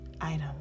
item